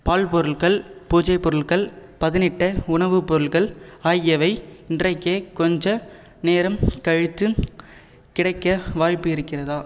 பால் பொருள்கள் பூஜை பொருள்கள் பதனிட்ட உணவு பொருள்கள் ஆகியவை இன்றைக்கே கொஞ்ச நேரம் கழித்து கிடைக்க வாய்ப்பு இருக்கிறதா